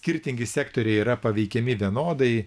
skirtingi sektoriai yra paveikiami vienodai